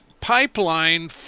pipeline